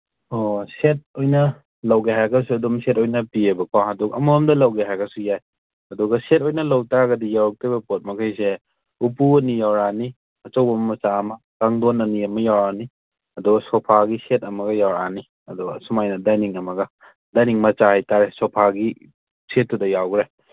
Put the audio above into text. ꯑꯣ ꯁꯦꯠ ꯑꯣꯏꯅ ꯂꯧꯒꯦ ꯍꯥꯏꯔꯒꯁꯨ ꯑꯗꯨꯝ ꯁꯦꯠ ꯑꯣꯏꯅ ꯄꯤꯌꯦꯕꯀꯣ ꯑꯗꯨ ꯑꯃꯃꯝꯗ ꯂꯧꯒꯦ ꯍꯥꯏꯔꯒꯁꯨ ꯌꯥꯏ ꯑꯗꯨꯒ ꯁꯦꯠ ꯑꯣꯏꯅ ꯂꯧ ꯇꯥꯔꯒꯗꯤ ꯌꯥꯎꯔꯛꯇꯣꯏꯕ ꯄꯣꯠꯃꯈꯩꯁꯦ ꯎꯄꯨ ꯑꯅꯤ ꯌꯥꯎꯔꯛꯑꯅꯤ ꯑꯆꯧꯕ ꯑꯃ ꯃꯆꯥ ꯑꯃ ꯀꯥꯡꯗꯣꯟ ꯑꯅꯤ ꯑꯃ ꯌꯥꯎꯔꯅꯤ ꯑꯗꯨꯒ ꯁꯣꯐꯥꯒꯤ ꯁꯦꯠ ꯑꯃꯒ ꯌꯥꯎꯔꯛꯑꯅꯤ ꯑꯗꯨꯒ ꯑꯁꯨꯃꯥꯏꯅ ꯗꯥꯏꯅꯤꯡ ꯑꯃꯒ ꯗꯥꯏꯅꯤꯡ ꯃꯆꯥ ꯍꯥꯏ ꯇꯥꯔꯦ ꯁꯣꯐꯥꯒꯤ ꯁꯦꯠꯇꯨꯗ ꯌꯥꯎꯈ꯭ꯔꯦ